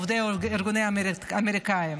עובדי ארגונים אמריקניים.